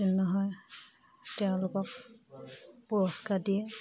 হয় তেওঁলোকক পুৰস্কাৰ দিয়ে